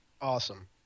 Awesome